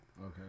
Okay